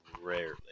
rarely